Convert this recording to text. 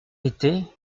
était